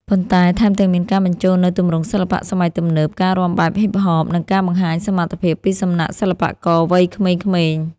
ប៉ុន្តែថែមទាំងមានការបញ្ចូលនូវទម្រង់សិល្បៈសម័យទំនើប ការរាំបែប Hip-hop និងការបង្ហាញសមត្ថភាពពីសំណាក់សិល្បករវ័យក្មេងៗ។